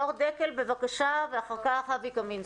מור דקל, בבקשה, ואחר כך אבי קמינסקי.